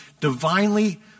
divinely